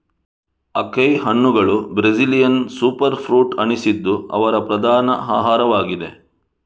acai ಹಣ್ಣುಗಳು Brazilian super fruit ಅನಿಸಿದ್ದು ಅವರ ಪ್ರಧಾನ ಆಹಾರವಾಗಿದೆ